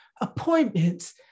appointments